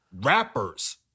rappers